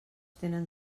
tenen